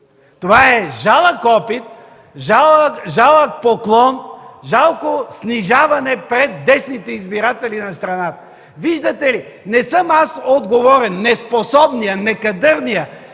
Това е жалък опит, жалък поклон, жалко снижаване пред десните избиратели на страната: „Виждате ли, не съм аз отговорен” – неспособният, некадърният,